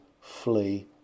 flee